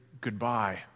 goodbye